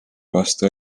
vastu